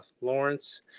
Lawrence